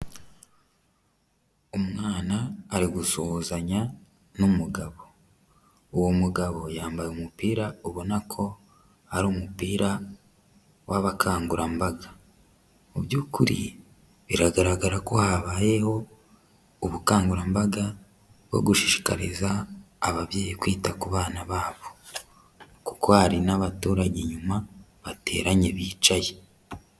Umwana ari gusuhuzanya n'umugabo, uwo mugabo yambaye umupira ubona ko ari umupira w'abakangurambaga, mu by'ukuri biragaragara ko habayeho ubukangurambaga bwo gushishikariza ababyeyi kwita ku bana babo, kuko hari n'abaturage inyuma bateranye bicaye.